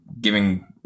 giving